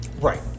Right